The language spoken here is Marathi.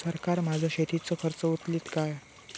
सरकार माझो शेतीचो खर्च उचलीत काय?